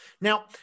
now